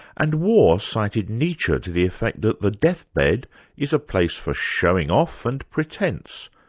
and waugh cited nietzsche to the effect that the death bed is a place for showing off and pretence.